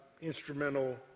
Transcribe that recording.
instrumental